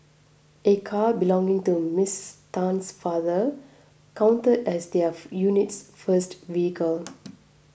a car belonging to Ms Tan's father counted as their unit's first vehicle